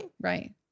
Right